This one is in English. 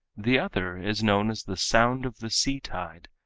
the other is known as the sound of the sea tide,